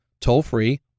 toll-free